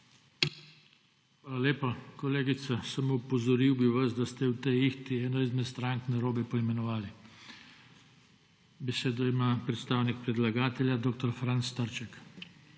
Hvala lepa. Kolegica samo opozoril bi vas, da ste v teh ihti eno izmed strank narobe poimenovali. Besedo ima predstavnik predlagatelja, dr. Franc Trček.